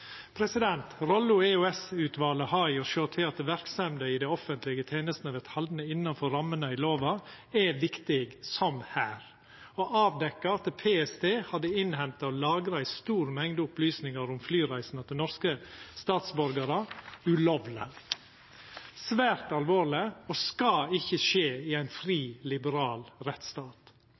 har med å sjå til at verksemder i dei offentlege tenestene vert haldne innanfor rammene i lova, er viktig, som her: Å avdekkja at PST hadde innhenta og lagra ei stor mengd opplysningar om flyreisene til norske statsborgarar ulovleg – svært alvorleg og skal ikkje skje i ein fri, liberal rettsstat.